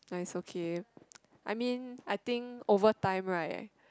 ya it's okay I mean I think over time right